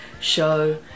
show